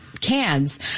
cans